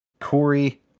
Corey